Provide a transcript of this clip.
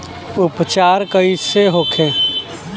उपचार कईसे होखे?